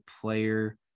player